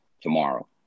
tomorrow